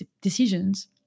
decisions